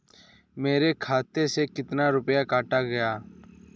मेरे खाते से कितना रुपया काटा गया है?